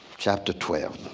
chapter twelve.